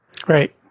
Great